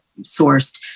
sourced